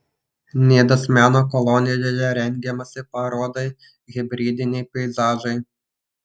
nidos meno kolonijoje rengiamasi parodai hibridiniai peizažai